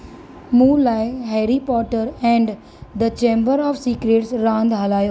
मूं लाइ Harry Potter and the Chamber of Secrets रांदि हलायो